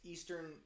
Eastern